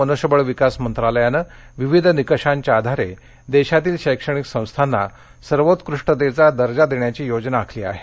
मनुष्यबळ विकास मंत्रालयानं विविध निकषांच्या आधारे देशातील शैक्षणिक संस्थांना सर्वोत्कृष्टतेचा दर्जा देण्याची योजना आखली आहे